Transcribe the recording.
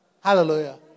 Hallelujah